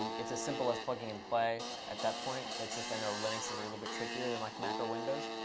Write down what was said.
it's as simple as plug and play at that point. it's just i know linux is a little bit trickier than like mac or windows.